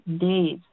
days